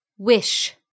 wish